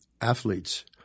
athletes